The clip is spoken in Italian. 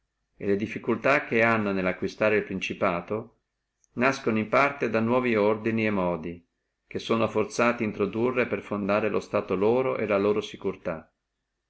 le difficultà che hanno nellacquistare el principato in parte nascono da nuovi ordini e modi che sono forzati introdurre per fondare lo stato loro e la loro